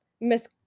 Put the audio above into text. miss